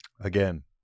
again